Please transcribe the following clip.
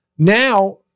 Now